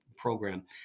program